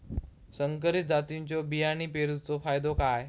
संकरित जातींच्यो बियाणी पेरूचो फायदो काय?